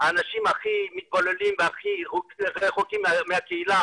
האנשים הכי מתבוללים והכי רחוקים מהקהילה